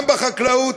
גם בחקלאות,